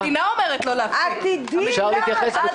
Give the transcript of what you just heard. המדינה אומרת לו להפסיק פעילות.